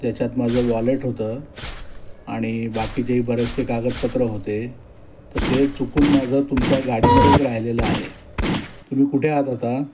ज्याच्यात माझं वॉलेट होतं आणि बाकीचेही बरेचसे कागदपत्र होते तर ते चुकून माझं तुमच्या गाडीमध्येच राहिलेलं आहे तुम्ही कुठे आहात आता